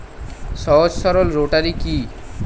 সহজ সরল রোটারি কি?